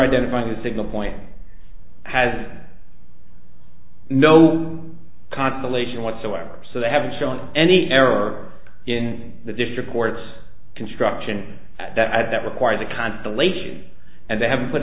identifying the signal point has no consolation whatsoever so they haven't shown any error in the district court's construction that that requires a constellation and they haven't put